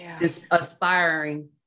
aspiring